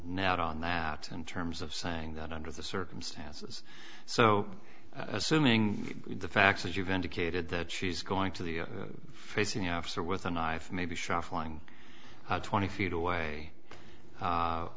out on that in terms of saying that under the circumstances so assuming the facts as you've indicated that she's going to the facing officer with a knife or maybe shuffling twenty feet away